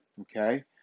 okay